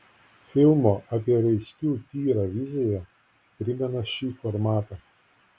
filmo apie reiskių tyrą vizija primena šį formatą